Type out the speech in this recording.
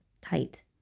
tight